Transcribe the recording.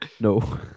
No